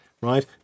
right